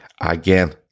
again